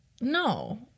No